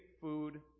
food